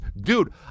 Dude